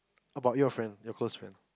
about your friend your close friend